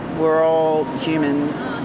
we're all humans,